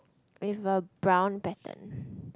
with a brown pattern